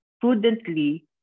prudently